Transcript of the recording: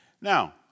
Now